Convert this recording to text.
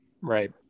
Right